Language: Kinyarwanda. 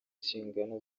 nshingano